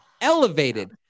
elevated